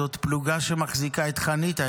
זאת פלוגה שמחזיקה את חניתה,